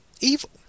evil